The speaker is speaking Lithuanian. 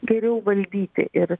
geriau valdyti ir